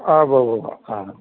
ആ ഉവ്വ് ഉവ്വ് ഉവ്വ് ആ